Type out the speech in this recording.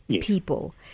people